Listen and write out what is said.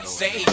say